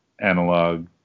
analog